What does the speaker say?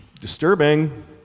Disturbing